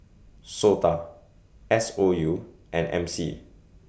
Souta S O U and M C